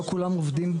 לא כולם עובדים.